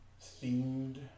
themed